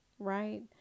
Right